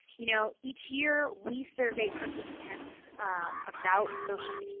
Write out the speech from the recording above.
you know each year we survey participants about social,